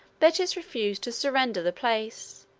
betis refused to surrender the place.